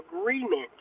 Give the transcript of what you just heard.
agreement